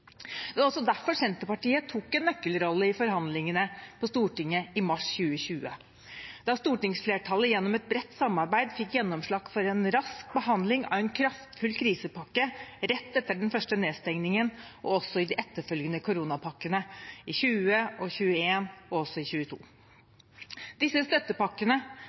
Det var også derfor Senterpartiet tok en nøkkelrolle i forhandlingene på Stortinget i mars 2020, da stortingsflertallet gjennom et bredt samarbeid fikk gjennomslag for en rask behandling av en kraftfull krisepakke rett etter den første nedstengningen, og også i de etterfølgende koronapakkene i 2020, 2021 og